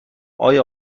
آیا